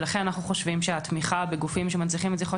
ולכן אנחנו חושבים שהתמיכה בגופים שמנציחים את זכרו